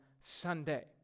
Sunday